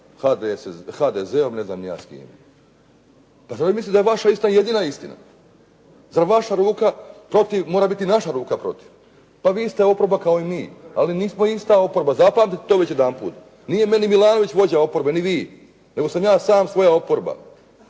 HDZ-om, ne znam ni ja s kime. Pa zar mislite da je vaša jedina istina? Zar vaša ruka protiv mora biti naša ruka protiv? Pa vi ste oporba kao i mi, ali nismo ista oporba. Zapamtite to već jedanput. Nije meni Milanović vođa oporbe ni vi, nego sam ja sam svoja oporba